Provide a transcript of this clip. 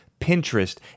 Pinterest